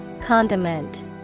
Condiment